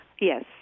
yes